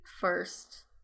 first